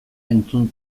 entzun